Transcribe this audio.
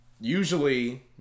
usually